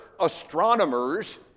astronomers